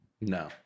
No